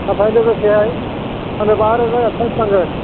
नाथाय लोगोसे आंनो बा रोजा एदभान्स नांगोन